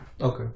Okay